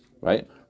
right